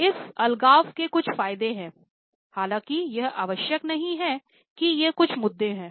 इस अलगाव के कुछ फायदे हैं हालांकि यह आवश्यक नहीं है कि ये कुछ मुद्दे हैं